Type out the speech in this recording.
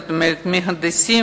זאת אומרת מהנדסים,